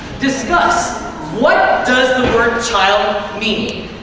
discuss what does the word child means.